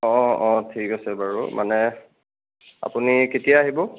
অঁ অঁ ঠিক আছে বাৰু মানে আপুনি কেতিয়া আহিব